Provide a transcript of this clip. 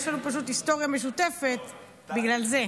יש לנו פשוט היסטוריה משותפת, בגלל זה.